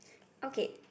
okay